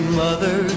mother